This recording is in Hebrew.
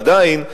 עדיין,